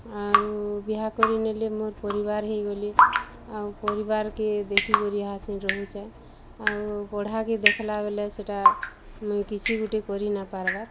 ଆରୁ ବିହା କରିନେଲେ ମୋର୍ ପରିବାର୍ ହେଇଗଲେ ଆଉ ପରିବାର୍କେ ଦେଖିକରି ରହୁଛେଁ ଆଉ ପଢ଼ାକେ ଦେଖ୍ଲା ବୋଲେ ସେଇଟା ମୁଇଁ କିଛି ଗୋଟେ କରି ନାଇପାର୍ବା